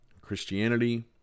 christianity